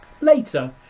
Later